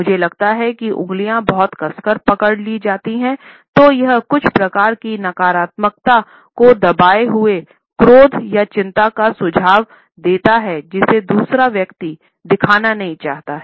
मुझे लगता है कि उंगलियां बहुत कसकर पकड़ ली जाती हैं तो यह कुछ प्रकार की नकारात्मकता को दबाए हुए क्रोध या चिंता का सुझाव देता है जिसे दूसरा व्यक्ति दिखाना नहीं चाहता है